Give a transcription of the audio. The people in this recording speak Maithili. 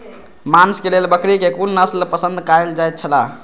मांस के लेल बकरी के कुन नस्ल पसंद कायल जायत छला?